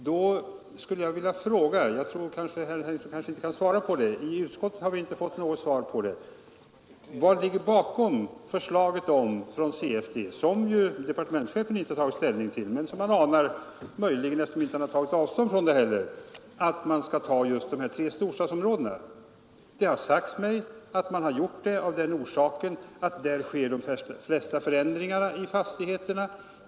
Jag skulle då vilja ställa en fråga som herr Henrikson kanske inte kan svara på; i 117 utskottet har vi i varje fall inte fått något svar: Vad ligger bakom förslaget från CFD — departementschefen har inte uttalat sig om detta förslag, men han har inte heller tagit avstånd från det — att försöksverksamheten bör avse just dessa tre storstadsområden? Det har sagts mig att orsaken är att där sker de flesta förändringarna när det gäller fastigheter.